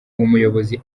umuyobozi